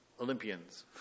Olympians